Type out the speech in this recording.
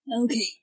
Okay